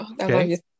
okay